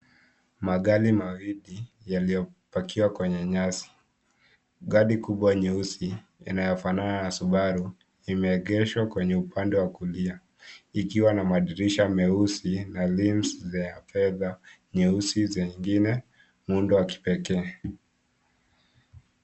Magari mawili yaliyopakiwa kwenye nyasi. Gari kubwa nyeusi inayofanana na Subaru, imeegeshwa kwenye upande wa kulia ikiwa na madirisha meusi na rims za fedha, nyeusi zingine, muundo wa kipekee.